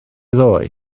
ddoe